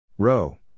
Row